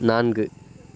நான்கு